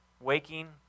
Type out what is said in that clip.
Waking